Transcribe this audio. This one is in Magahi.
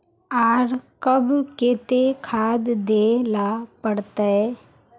आर कब केते खाद दे ला पड़तऐ?